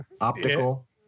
optical